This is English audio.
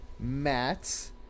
Matt